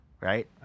Right